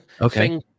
okay